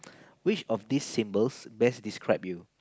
which of this symbols best describe you